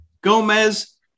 Gomez